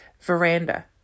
veranda